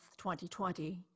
2020